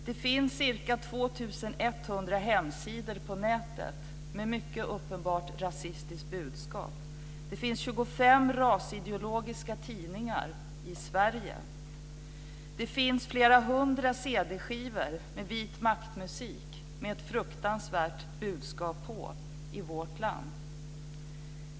Det finns ca 2 100 hemsidor på nätet med mycket uppenbart rasistiskt budskap. Det finns 25 rasideologiska tidningar i Sverige. Det finns flera hundra cd-skivor med vit makt-musik med fruktansvärt budskap på i vårt land.